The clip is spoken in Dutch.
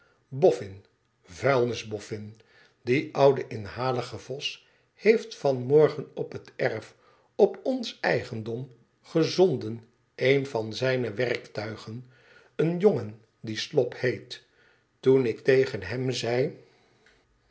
vuilnis boffin die oude inhalige vos heeft van morgen op het erf op ons eigendom gezonden een van zijne werktuigen een jongen die slop heet toen ik tegen hem zei